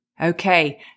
Okay